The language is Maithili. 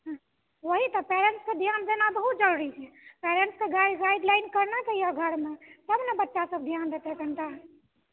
ओहि तऽ पैरेन्ट्स के ध्यान देना तऽ बहुत जरुरी छै पैरेन्ट्स के गाइडलाइन करना चाही घरमे तब ने बच्चा सब ध्यान देतै कनिटा